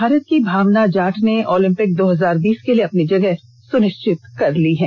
भारत की भावना जाट ने ओलिंपिक दो हजार बीस के लिए अपनी जगह सुरक्षित कर ली है